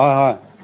অঁ অঁ